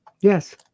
Yes